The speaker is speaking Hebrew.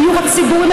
מהדיור הציבורי,